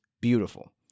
beautiful